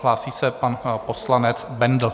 Hlásí se pan poslanec Bendl.